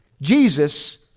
Jesus